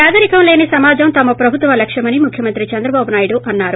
పేదరికం లేని సమాజం తమ ప్రభుత్వ లక్ష్యమని ముఖ్యమంత్రి చంద్రబాబునాయుడు అన్నారు